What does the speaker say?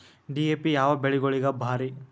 DAP ಯಾವ ಬೆಳಿಗೊಳಿಗ ಭಾರಿ?